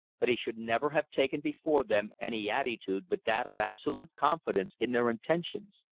but he should never have taken before them any attitude but that of absolute confidence in their intentions.